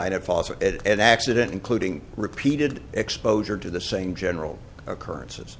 it at accident including repeated exposure to the same general occurrences